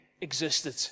existed